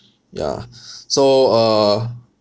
ya so uh